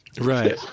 Right